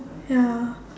ya